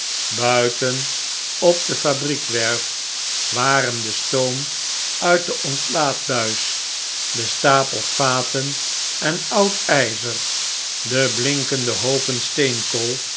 buiten op de fabriekwerf waren de stoom uit de ontlaatbuis de stapels vaten en oud ijzer de blinkende hoopen steenkool